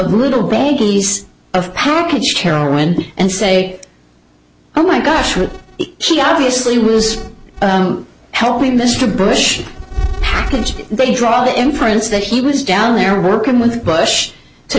little babies of packaged heroin and say oh my gosh she obviously was helping mr bush age they draw the inference that he was down there working with bush to